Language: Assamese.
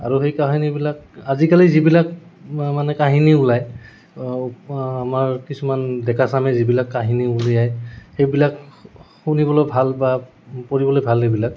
আৰু সেই কাহিনীবিলাক আজিকালি যিবিলাক মানে কাহিনী ওলায় আমাৰ কিছুমান ডেকাচামে যিবিলাক কাহিনী উলিয়াই সেইবিলাক শুনিবলৈ ভাল বা পঢ়িবলে ভাল এইবিলাক